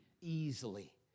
easily